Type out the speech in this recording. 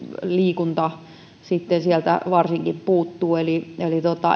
liikunta sieltä puuttuu eli